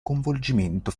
coinvolgimento